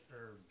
herbs